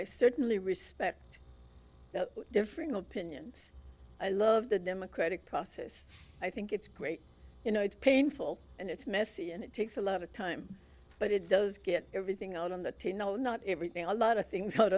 i certainly respect differing opinions i love the democratic process i think it's great you know it's painful and it's messy and it takes a lot of time but it does get everything out on the team no not everything a lot of things out